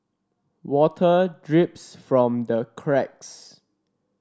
water drips from the cracks